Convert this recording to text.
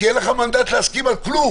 כי אין לך מנדט להסכים על כלום.